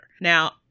Now